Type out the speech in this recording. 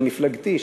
של מפלגתי,